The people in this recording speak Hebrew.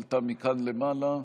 עלתה מכאן למעלה.